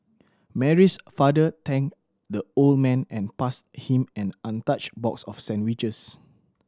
Mary's father thanked the old man and passed him an untouched box of sandwiches